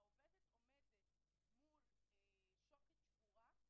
העובדת עומדת מול שוקת שבורה,